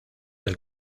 del